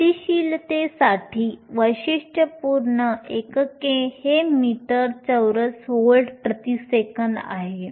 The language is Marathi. गतिशीलतेसाठी वैशिष्ट्यपूर्ण एकके हे मीटर चौरस व्होल्ट प्रति सेकंद आहे